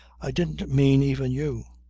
i didn't mean even you.